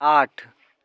आठ